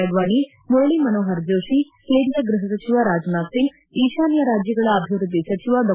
ಅಡ್ವಾಣಿ ಮುರಳ ಮನೋಪರ ಜೋಶಿ ಕೇಂದ್ರ ಗೃಹ ಸಚಿವ ರಾಜನಾಥ್ ಸಿಂಗ್ ಈಶಾನ್ಯ ರಾಜ್ಯಗಳ ಅಭಿವೃದ್ಧಿ ಸಚಿವ ಡಾ